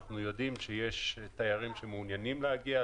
אנחנו יודעים שיש תיירים שמעוניינים להגיע,